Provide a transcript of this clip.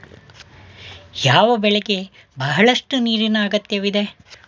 ಯಾವ ಬೆಳೆಗೆ ಬಹಳಷ್ಟು ನೀರಿನ ಅಗತ್ಯವಿದೆ?